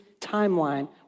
timeline